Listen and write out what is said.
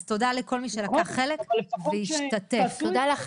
תודה לכל מי שלקח חלק והשתתף, הישיבה נעולה.